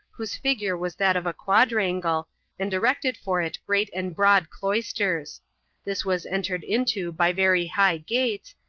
whose figure was that of a quadrangle, and erected for it great and broad cloisters this was entered into by very high gates,